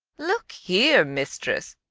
look here, mistress,